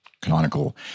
Canonical